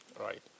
Right